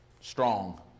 strong